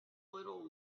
little